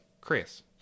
Chris